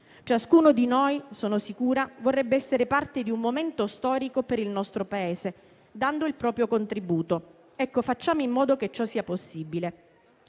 ciascuno di noi vorrebbe essere parte di un momento storico per il nostro Paese dando il proprio contributo. Facciamo in modo che ciò sia possibile.